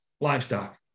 livestock